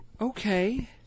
Okay